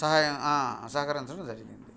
సహాయం సహకరించడం జరిగింది